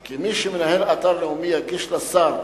כי מי שמנהל אתר לאומי יגיש לשר,